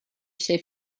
sei